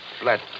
flat